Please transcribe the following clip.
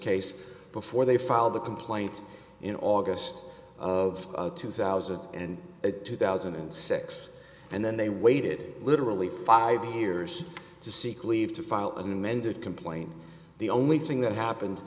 case before they filed the complaint in august of two thousand and eight two thousand and six and then they waited literally five years to seek leave to file an amended complaint the only thing that happened